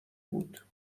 بود